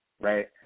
right